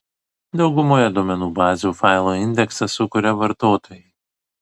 daugumoje duomenų bazių failo indeksą sukuria vartotojai